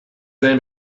they